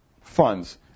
funds